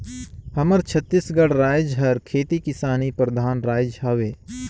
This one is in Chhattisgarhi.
हमर छत्तीसगढ़ राएज हर खेती किसानी परधान राएज हवे